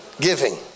giving